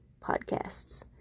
podcasts